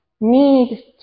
need